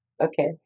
Okay